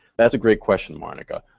that's a great question monica.